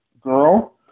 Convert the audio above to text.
girl